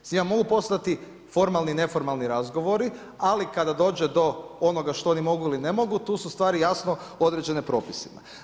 S njima mogu postojati formalni i neformalni razgovori, ali kada dođe do onoga što oni mogu ili ne mogu tu su stvari jasno određene propisima.